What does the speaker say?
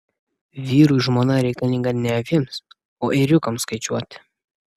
vyrui žmona reikalinga ne avims o ėriukams skaičiuoti